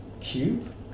cube